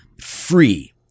free